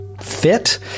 fit